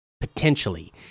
potentially